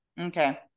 okay